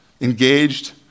Engaged